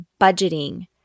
budgeting